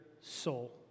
soul